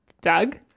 Doug